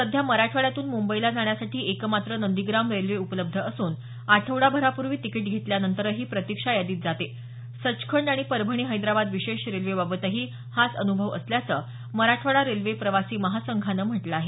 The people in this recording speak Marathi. सध्या मराठवाड्यातून मुंबईला जाण्यासाठी एकमात्र नंदिग्राम रेल्वे उपलब्ध असून आठवडाभरापूर्वी तिकिट घेतल्यानंतरही प्रतिक्षा यादीत जाते सचखंड आणि परभणी हैदराबाद विशेष रेल्वेबाबतही हाच अन्भव असल्याचं मराठवाडा रेल्वे प्रवासी महासंघानं म्हटलं आहे